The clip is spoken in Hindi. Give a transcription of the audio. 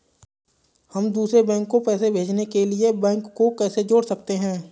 हम दूसरे बैंक को पैसे भेजने के लिए बैंक को कैसे जोड़ सकते हैं?